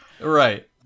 right